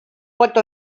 pot